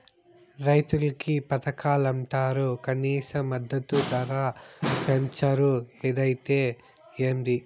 రైతులకి పథకాలంటరు కనీస మద్దతు ధర పెంచరు ఏదైతే ఏంది